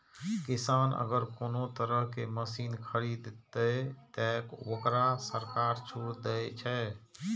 किसान अगर कोनो तरह के मशीन खरीद ते तय वोकरा सरकार छूट दे छे?